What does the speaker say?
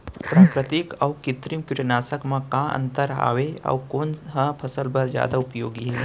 प्राकृतिक अऊ कृत्रिम कीटनाशक मा का अन्तर हावे अऊ कोन ह फसल बर जादा उपयोगी हे?